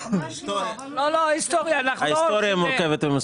ההיסטוריה מורכבת.